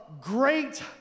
great